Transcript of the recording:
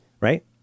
right